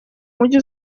umujyi